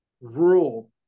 rural